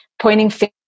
pointing